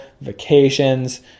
vacations